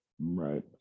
Right